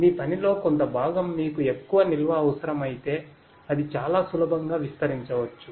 మీ పనిలో కొంత భాగం మీకు ఎక్కువ నిల్వ అవసరమైతే అది చాలా సులభంగా విస్తరించవచ్చు